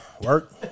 work